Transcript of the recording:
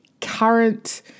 current